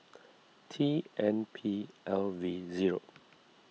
T N P L V zero